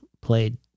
played